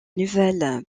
nouvelle